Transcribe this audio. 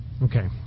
Okay